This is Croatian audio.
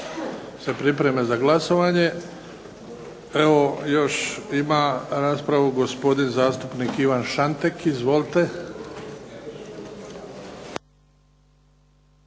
se pripreme za glasovanje. Evo još ima raspravu gospodin zastupnik Ivan Šantek. Izvolite.